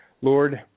Lord